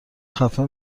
خفه